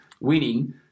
winning